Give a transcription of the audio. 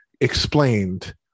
explained